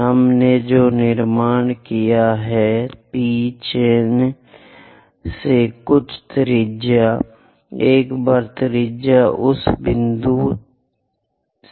हमने जो निर्माण किया है P चिह्न से कुछ त्रिज्या है एक बार त्रिज्या उस बिंदु चिह्न से है